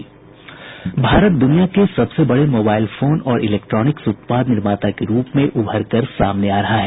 भारत दुनिया के सबसे बड़े मोबाइल फोन और इलेक्ट्रोनिक्स उत्पाद निर्माता के रूप में उभर कर सामने आ रहा है